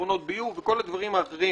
פתרונות ביוב וכל הדברים האחרים